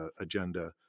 agenda